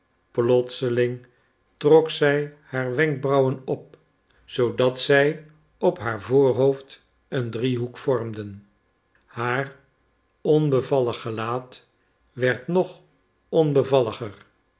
plotseling trok zij haar wenkbrauwen op zoodat zij op haar voorhoofd een driehoek vormden haar onbevallig gelaat werd nog